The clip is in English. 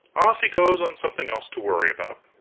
off he goes on something else to worry about.